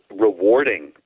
rewarding